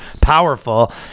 powerful